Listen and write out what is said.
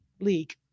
league